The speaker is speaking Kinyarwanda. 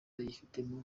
yifitemo